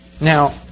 Now